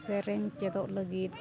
ᱥᱮᱨᱮᱧ ᱪᱮᱫᱚᱜ ᱞᱟᱹᱜᱤᱫ